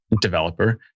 developer